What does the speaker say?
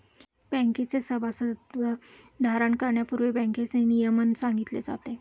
बँकेचे सभासदत्व धारण करण्यापूर्वी बँकेचे नियमन सांगितले जाते